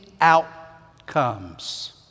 outcomes